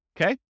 Okay